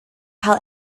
cael